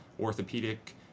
orthopedic